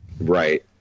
right